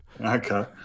okay